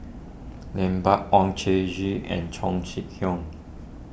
Lambert Oon Jin Gee and Chong Kee Hiong